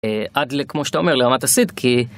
עד ל.. כמו שאתה אומר לרמת הסיד כי..